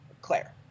Claire